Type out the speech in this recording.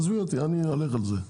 עזבי אותי אני הולך על זה.